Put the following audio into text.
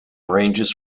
ranges